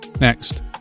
Next